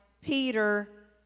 Peter